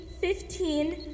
fifteen